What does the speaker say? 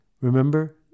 Remember